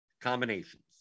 combinations